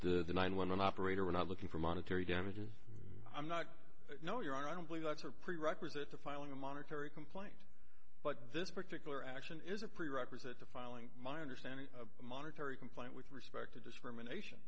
the the nine one one operator we're not looking for monetary damages i'm not know your honor i don't believe that's her prerequisite to filing a monetary complaint but this particular action is a prerequisite to filing my understanding of monetary complaint with respect to discrimination